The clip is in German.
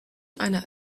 einer